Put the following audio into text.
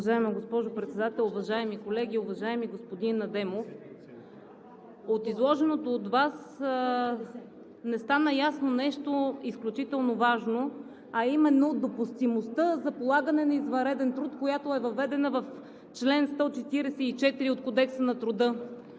Уважаема госпожо Председател, уважаеми колеги! Уважаеми господин Адемов, от изложеното от Вас не стана ясно нещо изключително важно, а именно допустимостта за полагане на извънреден труд, която е въведена в чл. 144 от Кодекса на труда.